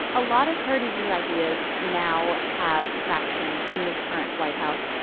a lot of heritage's ideas now have traction in this current white house.